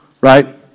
right